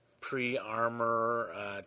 pre-armor